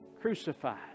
Crucified